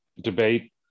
debate